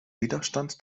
widerstand